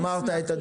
ואמרת את הדברים.